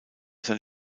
sein